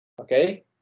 Okay